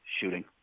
Shooting